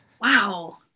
Wow